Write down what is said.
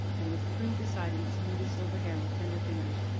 and with prue beside him, to smooth his silver hair with tender fingers,